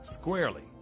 squarely